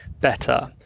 better